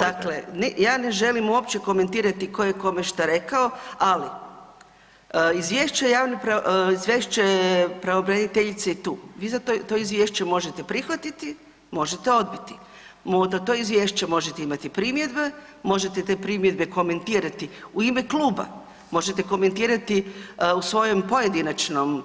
Dakle ja ne želim uopće komentirati tko je kome šta rekao, ali izvješće je javni, izvješće pravobraniteljice je tu, vi sad to izvješće možete prihvatiti, možete odbiti, na to izvješće možete imati primjedbe, možete te primjedbe komentirati u ime kluba, možete komentirati u svojem pojedinačnom